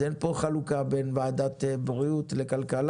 אז אין פה חלוקה בין ועדת בריאות לכלכלה